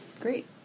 Great